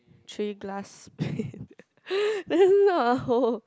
three glass that's not a hole